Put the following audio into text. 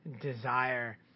desire